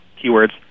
keywords